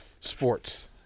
Sports